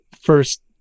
first